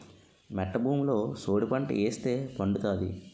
మెట్ట భూమిలో సోడిపంట ఏస్తే పండుతాది